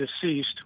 deceased